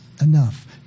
enough